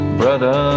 brother